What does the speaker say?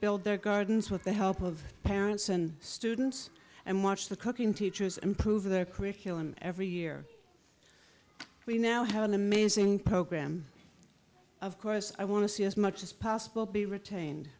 build their gardens with the help of parents and students and watch the cooking teachers improve their curriculum every year we now have an amazing program of course i want to see as much as possible be retained